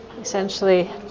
essentially